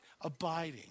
abiding